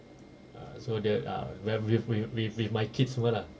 ah so the err whe~ w~ wi~ wi~ wi~with my kids semua lah